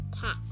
Cat